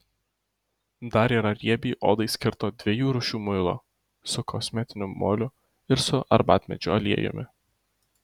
dar yra riebiai odai skirto dviejų rūšių muilo su kosmetiniu moliu ir su arbatmedžių aliejumi